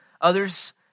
Others